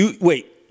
Wait